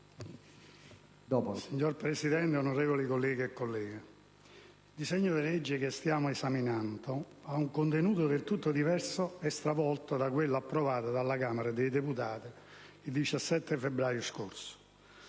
Signor Presidente, onorevoli colleghe e colleghi, il disegno di legge che stiamo esaminando ha un contenuto del tutto diverso e stravolto da quello approvato dalla Camera dei deputati il 17 febbraio scorso.